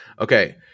Okay